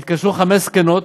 התקשרו חמש זקנות